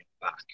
back